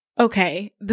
Okay